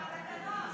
זה בתקנון.